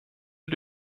att